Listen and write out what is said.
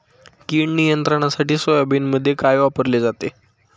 कीड नियंत्रणासाठी सोयाबीनमध्ये काय वापरले जाते?